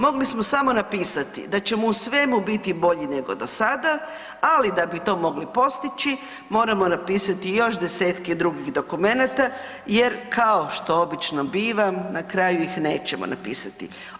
Mogli smo samo napisati da ćemo u svemu biti bolji nego do sada, ali da bi to mogli postići moramo napisati još 10-tke drugih dokumenata jer kao što obično biva na kraju ih nećemo napisati.